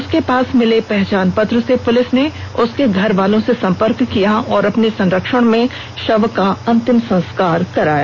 उसके पास मिले पहचान पत्र से पुलिस ने उसके घर वालों से सम्पर्क किया और अपने संरक्षण में शव का अंतिम संस्कार कराया